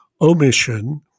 omission